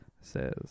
Says